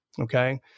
Okay